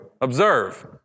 Observe